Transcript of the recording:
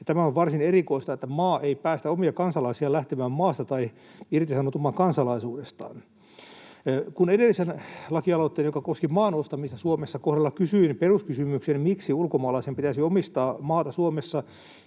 tämä on varsin erikoista, että maa ei päästä omia kansalaisiaan lähtemään maasta tai irtisanoutumaan kansalaisuudestaan. Kun edellisen lakialoitteen, joka koski maan ostamista Suomessa, kohdalla kysyin peruskysymyksen, miksi ulkomaalaisen pitäisi omistaa maata Suomessa,